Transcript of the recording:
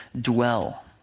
dwell